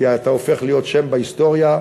כי אתה הופך להיות שם בהיסטוריה.